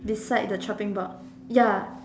beside the chopping board ya